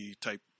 type